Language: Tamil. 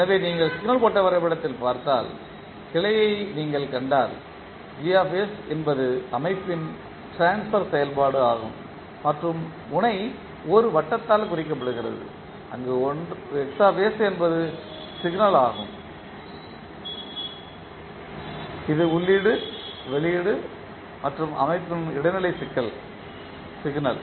எனவே நீங்கள் சிக்னல் ஓட்ட வரைபடத்தில் பார்த்தால் கிளையை நீங்கள் கண்டால் என்பது அமைப்பின் ட்ரான்ஸ்பர் செயல்பாடு ஆகும் மற்றும் முனை ஒரு வட்டத்தால் குறிக்கப்படுகிறது அங்கு என்பது சிக்னல்யாகும் இது உள்ளீடு வெளியீடு அல்லது அமைப்பின் இடைநிலை சிக்னல்